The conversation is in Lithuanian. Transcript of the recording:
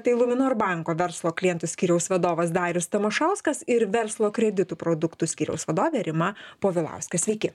tai luminor banko verslo klientų skyriaus vadovas darius tamašauskas ir verslo kreditų produktų skyriaus vadovė rima povilauskė sveiki